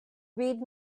read